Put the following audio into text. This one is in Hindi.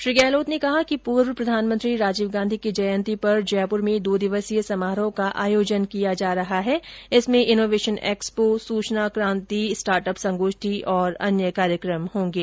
श्री गहलोत ने कहा कि पूर्व प्रधानमंत्री राजीव गांधी की जयन्ती पर जयपुर में दो दिवसीय समारोह का आयोजन किया जा रहा है जिसमें इनोवेशन एक्सपो सूचना क्रांति स्टार्टअप संगोष्ठी और अन्य कार्यक्रम होंगे